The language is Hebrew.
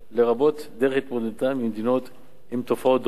לרבות דרך התמודדותן של מדינות עם תופעות דומות.